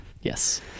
Yes